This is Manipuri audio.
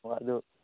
ꯑꯣ ꯑꯗꯨ